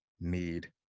need